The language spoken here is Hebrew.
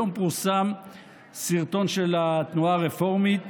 היום פורסם סרטון של התנועה הרפורמית